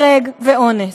הרג ואונס.